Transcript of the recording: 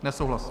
Nesouhlas.